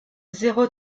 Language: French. zéro